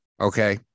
Okay